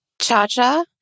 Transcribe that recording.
Cha-Cha